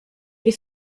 wir